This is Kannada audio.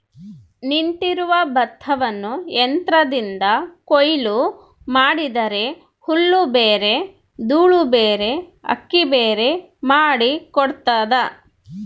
ನಿಂತಿರುವ ಭತ್ತವನ್ನು ಯಂತ್ರದಿಂದ ಕೊಯ್ಲು ಮಾಡಿದರೆ ಹುಲ್ಲುಬೇರೆ ದೂಳುಬೇರೆ ಅಕ್ಕಿಬೇರೆ ಮಾಡಿ ಕೊಡ್ತದ